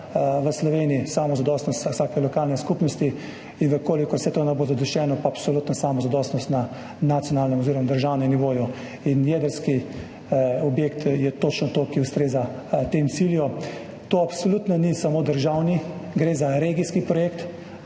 v Sloveniji, samozadostnost vsake lokalne skupnosti, in če vse to ne bo zadoščevalo, pa absolutno samozadostnost na nacionalnem oziroma državnem nivoju. Jedrski objekt je točno to, kar ustreza temu cilju. To absolutno ni samo državni, gre za regijski projekt,